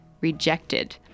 rejected